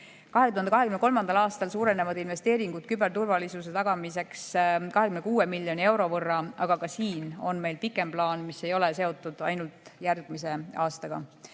2023. aastal suurenevad investeeringud küberturvalisuse tagamiseks 26 miljoni euro võrra, aga ka siin on meil pikem plaan, mis ei ole seotud ainult järgmise aastaga.